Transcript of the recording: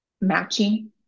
matching